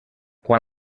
quan